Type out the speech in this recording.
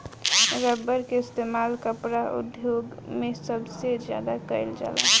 rubber के इस्तेमाल कपड़ा उद्योग मे सबसे ज्यादा कइल जाला